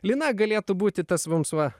lina galėtų būti tas mums va